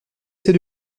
assez